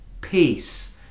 peace